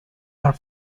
are